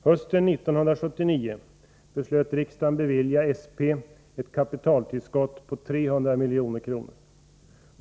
Hösten 1979 beslöt riksdagen bevilja SP ett kapitaltillskott på 300 milj.kr.